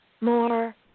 more